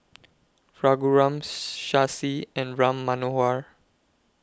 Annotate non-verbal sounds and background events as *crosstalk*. Raghuram *hesitation* Shashi and Ram Manohar